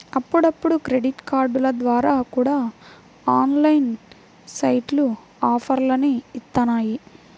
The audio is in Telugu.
అప్పుడప్పుడు క్రెడిట్ కార్డుల ద్వారా కూడా ఆన్లైన్ సైట్లు ఆఫర్లని ఇత్తన్నాయి